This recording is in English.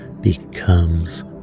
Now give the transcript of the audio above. becomes